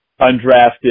undrafted